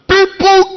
People